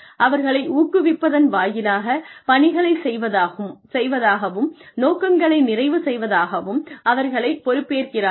அவர்களை ஊக்குவிப்பதன் வாயிலாக பணிகளை செய்வதாகவும் நோக்கங்களை நிறைவு செய்வதாகவும் அவர்கள் பொறுப்பேற்கிறார்கள்